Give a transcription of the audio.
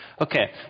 Okay